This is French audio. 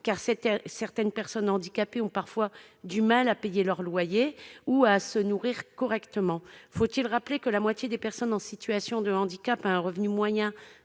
car certaines personnes handicapées ont parfois du mal à payer leur loyer ou leur alimentation. Faut-il rappeler que la moitié des personnes en situation de handicap a un revenu moyen